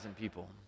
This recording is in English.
people